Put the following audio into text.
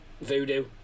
Voodoo